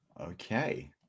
Okay